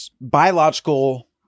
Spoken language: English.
biological